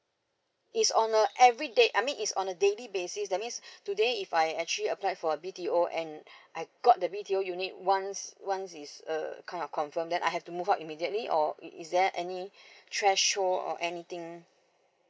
is on uh every day I mean is on a daily basis that means today if I actually applied for B_T_O and I got the B_T_O unit once once is a a kind of confirm that I have to move out immediately or is there any like threshold or anything